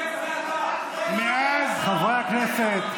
מאז, חברי הכנסת.